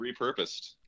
repurposed